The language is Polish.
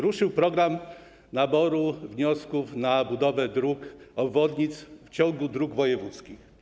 Ruszył program naboru wniosków o budowę dróg obwodnic w ciągu dróg wojewódzkich.